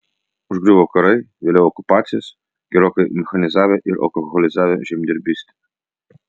užgriuvo karai vėliau okupacijos gerokai mechanizavę ir alkoholizavę žemdirbystę